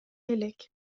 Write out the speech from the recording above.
элек